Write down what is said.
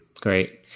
Great